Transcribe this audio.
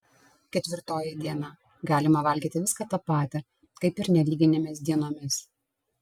ketvirtoji diena galima valgyti viską tą patį kaip ir nelyginėmis dienomis